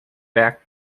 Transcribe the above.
back